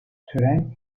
tören